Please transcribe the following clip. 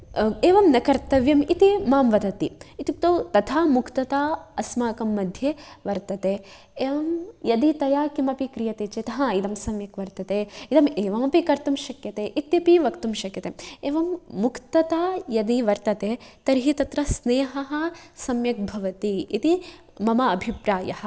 एवं न कर्तव्यम् इति मां वदति इत्युक्तौ तथा मुक्तता अस्माकं मध्ये वर्तते एवं यदि तया किमपि क्रियते चेत् हा इदं सम्यक् वर्तते इदम् एवमपि कर्तुं शक्यते इत्यपि वक्तुं शक्यते एवं मुक्तता यदि वर्तते तर्हि तत्र स्नेहः सम्यक् भवति इति मम अभिप्रायः